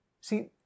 See